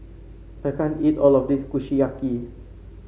I can't eat all of this Kushiyaki